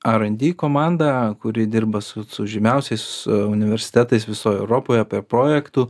ar en di komandą kuri dirba su su žymiausiais universitetais visoj europoj prie projektų